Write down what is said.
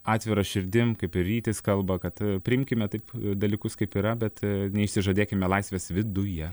atvira širdim kaip ir rytis kalba kad priimkime taip dalykus kaip yra bet neišsižadėkime laisvės viduje